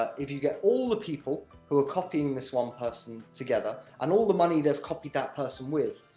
ah if you get all the people who are copying this one person together, and all the money they've copied that person with,